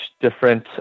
different